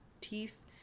teeth